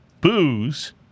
Booze